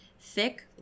Thick